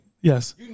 Yes